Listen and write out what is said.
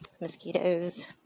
mosquitoes